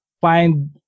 find